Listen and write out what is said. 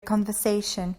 conversation